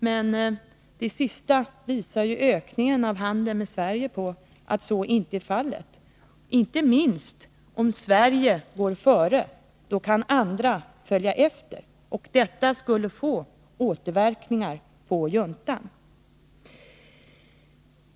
Men ökningen av handeln med Sverige visar att så inte är fallet. Inte minst om Sverige går före, kan andra följa efter. Detta skulle få återverkningar på juntan.